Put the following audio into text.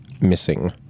missing